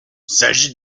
s’agit